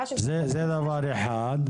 זה דבר אחד.